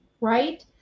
right